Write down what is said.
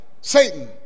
satan